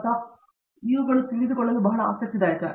ಪ್ರತಾಪ್ ಹರಿಡೋಸ್ ತಿಳಿದುಕೊಳ್ಳಲು ಬಹಳ ಆಸಕ್ತಿದಾಯಕ